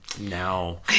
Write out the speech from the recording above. now